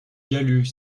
galut